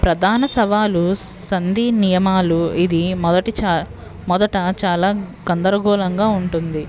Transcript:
ప్రధాన సవాలు సంధి నియమాలు ఇది మొదటి చా మొదట చాల గందరగోళంగా ఉంటుంది